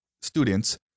students